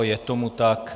Je tomu tak.